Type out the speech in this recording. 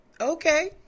Okay